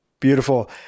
Beautiful